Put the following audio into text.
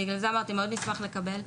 בגלל אמרתי שאנחנו מאוד נשמח לקבל אותם.